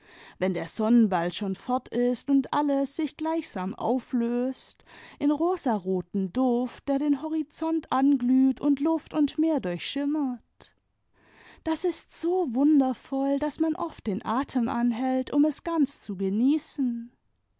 wenn der sonnenball schon fort ist und alles sich gleichsam auflöst in rosaroten duft der den horizont anglüht und luft und meer durchschimmert das ist so wundervoll daß man oft den atem anhält um es ganz zu genießen